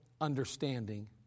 understanding